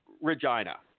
Regina